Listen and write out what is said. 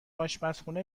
آشپزخونه